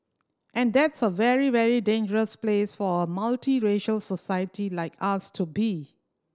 and that's a very very dangerous place for a multiracial society like us to be